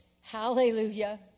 Hallelujah